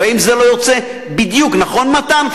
הרי אם זה לא יוצא בדיוק, נכון, מתן?